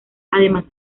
además